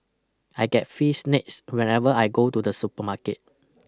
I get free snacks whenever I go to the supermarket